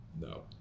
no